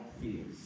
fears